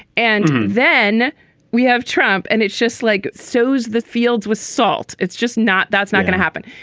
and then we have trump and it's just like so's the fields with salt. it's just not that's not gonna happen.